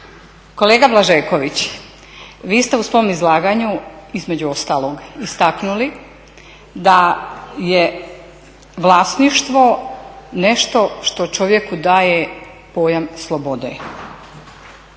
Kolega Blažeković, vi ste u svom izlaganju između ostalog istaknuli da je vlasništvo nešto što čovjeku daje pojam slobode